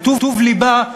בטוב לבה,